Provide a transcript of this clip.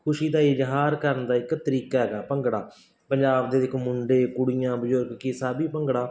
ਖੁਸ਼ੀ ਦਾ ਇਜ਼ਹਾਰ ਕਰਨ ਦਾ ਇੱਕ ਤਰੀਕਾ ਹੈਗਾ ਭੰਗੜਾ ਪੰਜਾਬ ਦੇ ਇੱਕ ਮੁੰਡੇ ਕੁੜੀਆਂ ਬਜ਼ੁਰਗ ਕੀ ਸਭ ਹੀ ਭੰਗੜਾ